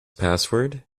password